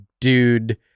dude